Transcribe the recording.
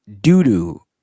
doo-doo